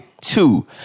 Two